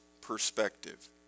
perspective